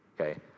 Okay